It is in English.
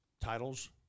titles